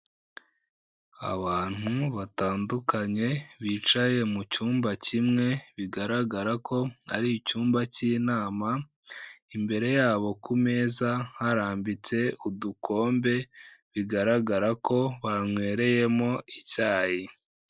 Abantu batandukanye bicaye mu cyumba kimwe, bigaragara ko ari icyumba cy'inama, imbere yabo ku meza harambitse udukombe , bigaragara ko banywereyemo icyayi.